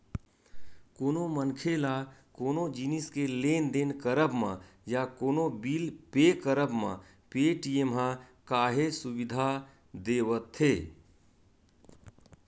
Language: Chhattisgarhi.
कोनो मनखे ल कोनो जिनिस के लेन देन करब म या कोनो बिल पे करब म पेटीएम ह काहेच सुबिधा देवथे